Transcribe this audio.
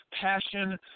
passion